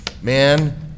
man